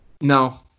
No